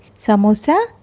samosa